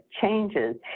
changes